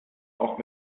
auch